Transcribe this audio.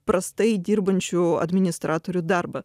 prastai dirbančių administratorių darbą